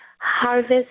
Harvest